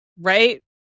Right